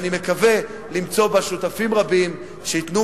ואני מקווה למצוא בה שותפים רבים שייתנו